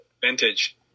Vintage